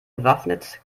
bewaffnet